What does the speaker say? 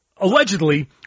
allegedly